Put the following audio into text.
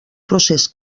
procés